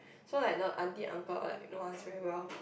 so like not aunty uncle like know her very well